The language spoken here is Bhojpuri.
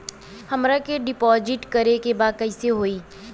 हमरा के डिपाजिट करे के बा कईसे होई?